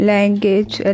Language